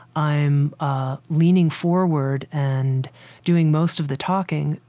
i'm ah leaning forward and doing most of the talking,